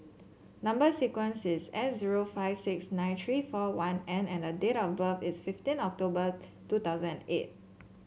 number sequence is S zero five six nine three four one N and date of birth is fifteen October two thousand and eight